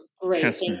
great